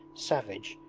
savage,